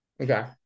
Okay